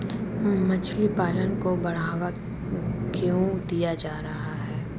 मछली पालन को बढ़ावा क्यों दिया जा रहा है?